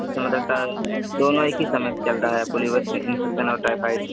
अच्छा मतलब तो दोनों एक ही समय से चल रहा है आपको लीवर में इंफेक्सन और टायफाइड